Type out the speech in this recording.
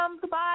Goodbye